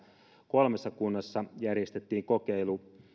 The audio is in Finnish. kolmessa kunnassa järjestettiin kokeilu